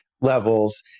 levels